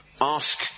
ask